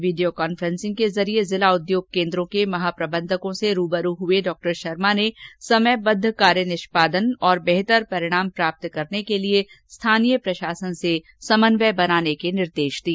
video conferencing के जरिए जिला उद्योग केन्द्रों के महाप्रबंधकों से रूबरू हुए डॉ शर्मा ने समयबद्द कार्यनिष्पादन और बेहतर परिणाम प्राप्त करने के लिए स्थानीय प्रशासन से समन्वय बनाने के निर्देश दिए